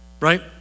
right